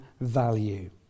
value